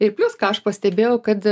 ir plius ką aš pastebėjau kad